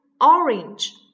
Orange